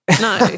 No